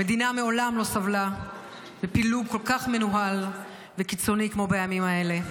המדינה מעולם לא סבלה מפילוג כל כך מנוהל וקיצוני כמו בימים האלה.